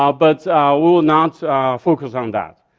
ah but we will not focus on that.